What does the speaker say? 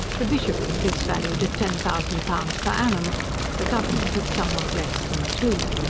the bishopric is valued at ten thousand pounds per annum the government at somewhat less than two.